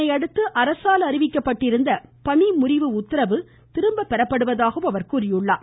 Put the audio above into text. இதனையடுத்து அரசால் அறிவிக்கப்பட்டிருந்த பணி முறிவு உத்தரவு திரும்பப் பெறப்படுவதாகவும் அவர் கூறினார்